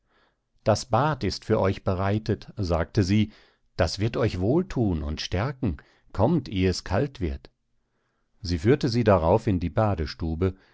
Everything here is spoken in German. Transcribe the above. das bad ist für euch bereitet sagte sie das wird euch wohlthun und stärken kommt eh es kalt wird sie führte sie darauf in die